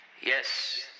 Yes